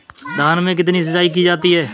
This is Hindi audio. धान में कितनी सिंचाई की जाती है?